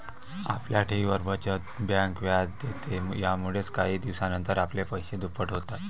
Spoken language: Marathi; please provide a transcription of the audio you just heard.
आपल्या ठेवींवर, बचत बँक व्याज देते, यामुळेच काही दिवसानंतर आपले पैसे दुप्पट होतात